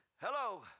hello